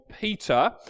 Peter